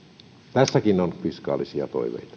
tässäkin on fiskaalisia